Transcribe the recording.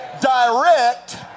direct